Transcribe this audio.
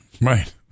Right